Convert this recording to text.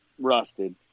rusted